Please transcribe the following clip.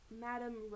Madam